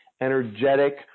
energetic